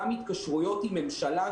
גם התקשרויות עם ממשלה,